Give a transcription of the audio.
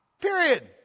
Period